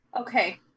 Okay